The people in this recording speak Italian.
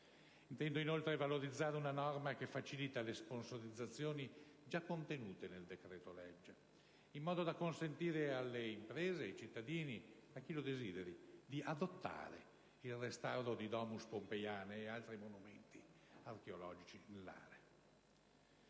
Intendo inoltre valorizzare una norma che facilita le sponsorizzazioni, già contenuta nel decreto-legge, in modo da consentire alle imprese, ai cittadini, a chi lo desideri di adottare il restauro di *domus* pompeiane e di altri monumenti archeologici dell'area.